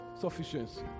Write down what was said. sufficiency